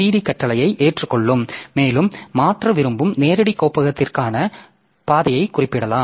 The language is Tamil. டி கட்டளையை ஏற்றுக் கொள்ளும் மேலும் மாற்ற விரும்பும் நேரடி கோப்பகத்திற்கான பாதையை குறிப்பிடலாம்